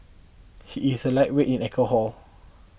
he is a lightweight in alcohol